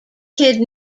kid